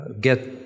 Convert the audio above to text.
Get